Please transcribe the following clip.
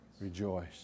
rejoice